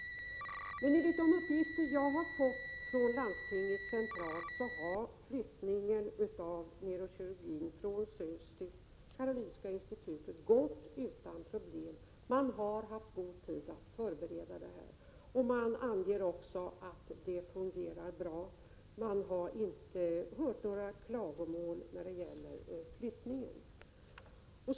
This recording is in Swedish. Men enligt de uppgifter jag har fått från landstinget centralt har flyttningen av neurokirurgin från Södersjukhuset till Karolinska institutet gått utan problem. Man har haft god tid att förbereda flyttningen, och man anger också att det fungerar bra. Man har inte hört några klagomål när det gäller flyttningen.